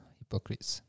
hypocrites